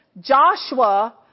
Joshua